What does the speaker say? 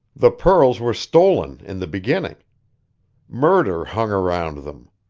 the pearls were stolen in the beginning murder hung around them.